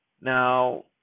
Now